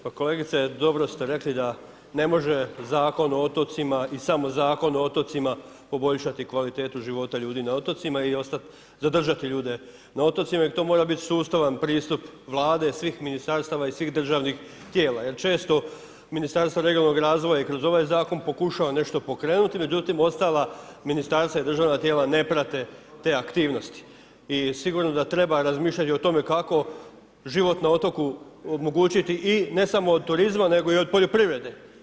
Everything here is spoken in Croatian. Pa kolegice dobro ste rekli da ne može zakon o otocima i samo zakon o otocima poboljšati kvalitetu života ljudi na otocima i zadržati ljude na otocima jer to mora biti sustavan pristup vlade, svih ministarstava i svih državnih tijela jer često ministarstva regionalnog razvoja i kroz ovaj zakon pokušava nešto pokrenuti, međutim ostala ministarstva i državna tijela ne prate te aktivnosti i sigurno da treba razmišljati o tome kako život na otoku omogućiti i ne samo od turizma, nego od poljoprivrede.